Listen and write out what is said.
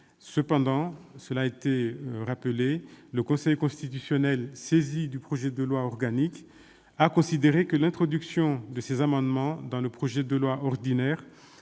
Cependant, le Conseil constitutionnel, saisi du projet de loi organique, a considéré que l'introduction de ces amendements dans le projet de loi ordinaire